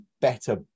better